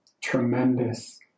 tremendous